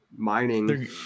Mining